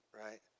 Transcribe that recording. right